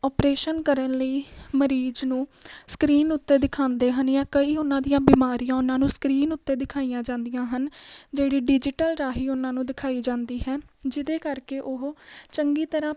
operation ਕਰਨ ਲਈ ਮਰੀਜ਼ ਨੂੰ ਸਕਰੀਨ ਉੱਤੇ ਦਿਖਾਉਂਦੇ ਹਨ ਜਾਂ ਕਈ ਉਹਨਾਂ ਦੀਆਂ ਬਿਮਾਰੀਆਂ ਉਹਨਾਂ ਨੂੰ ਸਕਰੀਨ ਉੱਤੇ ਦਿਖਾਈਆਂ ਜਾਂਦੀਆਂ ਹਨ ਜਿਹੜੀ ਡਿਜੀਟਲ ਰਾਹੀਂ ਉਹਨਾਂ ਨੂੰ ਦਿਖਾਈ ਜਾਂਦੀ ਹੈ ਜਿਹਦੇ ਕਰਕੇ ਉਹ ਚੰਗੀ ਤਰ੍ਹਾਂ